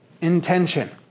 intention